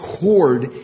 cord